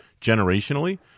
generationally